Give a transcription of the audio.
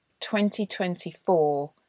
2024